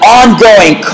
ongoing